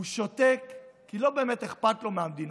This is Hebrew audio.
הוא שותק כי לא באמת אכפת לו מהמדינה.